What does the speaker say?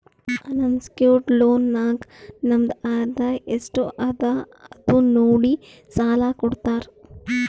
unsecured loan ನಾಗ್ ನಮ್ದು ಆದಾಯ ಎಸ್ಟ್ ಅದ ಅದು ನೋಡಿ ಸಾಲಾ ಕೊಡ್ತಾರ್